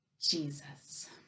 Jesus